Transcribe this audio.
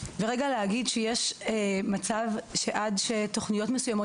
ולהגיד שיש מצב שעד שתוכניות מסוימות